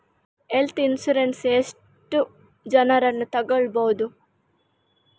Health insurance ಎಷ್ಟು ಜನರನ್ನು ತಗೊಳ್ಬಹುದು?